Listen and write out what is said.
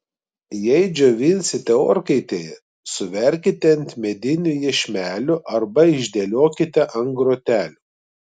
jei džiovinsite orkaitėje suverkite ant medinių iešmelių arba išdėliokite ant grotelių